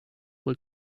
will